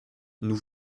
nous